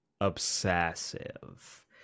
obsessive